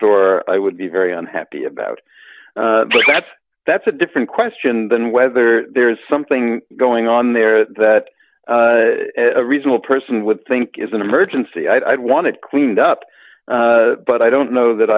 door i would be very unhappy about that that's a different question than whether there is something going on there that a reasonable person would think is an emergency i'd wanted cleaned up but i don't know that